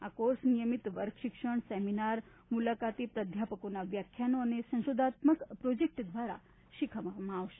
આ કોર્સ નિયમિત વર્ગશિક્ષણ સેમિનાર મુલાકાતી પ્રાધ્યાપકોનાં વ્યાખ્યાનો અને સંશોધનાત્મક પ્રોજેક્ટ દ્વારા શીખવવામાં આવે છે